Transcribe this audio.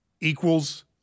equals